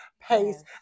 Pace